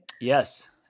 Yes